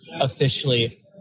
officially